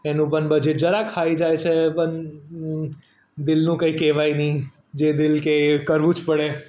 એનું પણ બજેટ જરાક હાઈ જાય છે પણ દિલનું કંઈક કહેવાય નહીં જે દિલ કે એ કરવું જ પડે